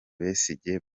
besigye